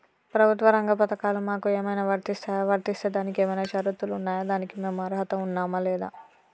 ప్రభుత్వ రంగ పథకాలు మాకు ఏమైనా వర్తిస్తాయా? వర్తిస్తే దానికి ఏమైనా షరతులు ఉన్నాయా? దానికి మేము అర్హత ఉన్నామా లేదా?